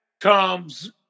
comes